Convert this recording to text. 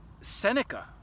Seneca